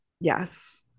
Yes